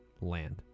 land